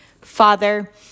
Father